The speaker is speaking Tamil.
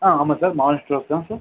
ஆ ஆமாம் சார் மாறன் ஸ்டோர்ஸ் தான் சார்